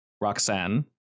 Roxanne